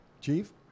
Chief